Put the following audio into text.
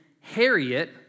Harriet